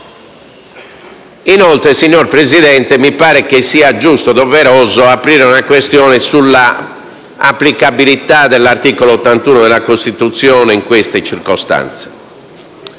Inoltre, signor Presidente, mi pare sia giusto e doveroso aprire una questione sulla applicabilità dell'articolo 81 della Costituzione in queste circostanze.